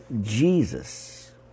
Jesus